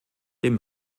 dem